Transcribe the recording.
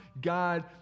God